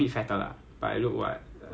we so we walk